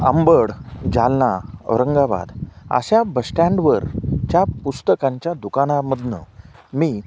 आंबड जालना औरंगाबाद अशा बस स्टँडवर च्या पुस्तकांच्या दुकानामधनं मी